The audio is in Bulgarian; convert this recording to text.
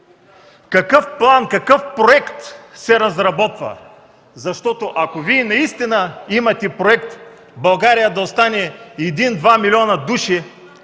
Какъв план, какъв проект се разработва? Ако Вие наистина имате проект България да остане 1-2 млн. души,